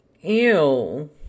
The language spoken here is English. Ew